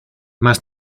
más